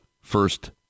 first